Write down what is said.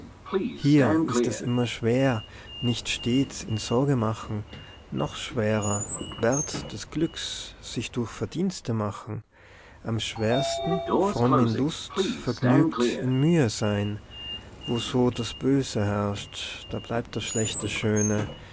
hier ist es immer schwer nichts stets in sorge machen noch schwerer wert des glücks sich durch verdienste machen am schwersten fromm in lust vergnügt in mühe sein wo so das böse herrscht da bleibt das schlechte schöne